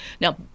now